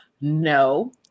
No